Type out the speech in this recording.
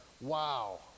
Wow